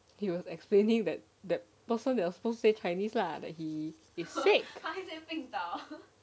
he was explaining that the person that was suppose to say chinese lah that he sick